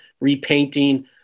repainting